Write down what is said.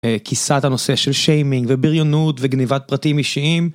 כיסה את הנושא של שיימינג, ובריונות וגניבת פרטים אישיים.